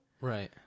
right